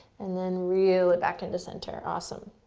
and then reel it back into center. awesome.